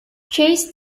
chase